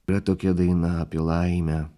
bet tokia daina apie laimę